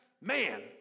Man